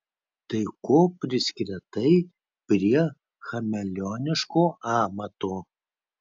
tai ko priskretai prie chameleoniško amato